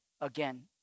again